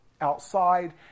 outside